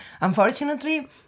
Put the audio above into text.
unfortunately